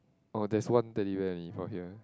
oh there's one Teddy Bear only from here